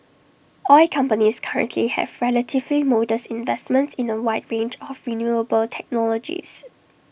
oil companies currently have relatively modest investments in A wide range of renewable technologies